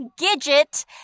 Gidget